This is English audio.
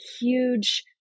huge